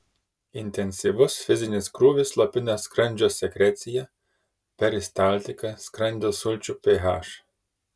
intensyvus fizinis krūvis slopina skrandžio sekreciją peristaltiką skrandžio sulčių ph